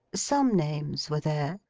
some names were there,